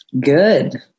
Good